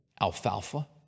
alfalfa